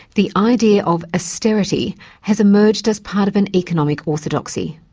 the idea of austerity has emerged as part of an economic orthodoxy.